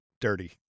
dirty